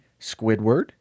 Squidward